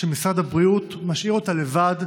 שמשרד הבריאות משאיר אותה לבד,